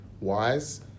wise